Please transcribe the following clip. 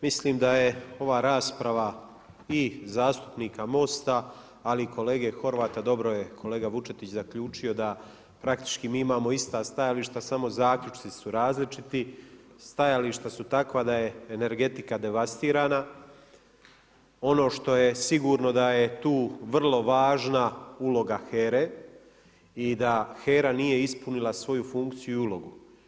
Mislim da je ova rasprava i zastupnika MOST-a ali i kolege Horvata, dobro je kolega Vučetić zaključio da praktički mi imamo ista stajališta samo zaključci su različiti, stajališta su takva da je energetika devastirana, ono što je sigurno da je tu vrlo važna uloga HERA-e i da HERA nije ispunila svoju funkciju i ulogu.